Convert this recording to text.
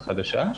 החדשה,